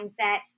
mindset